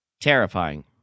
Terrifying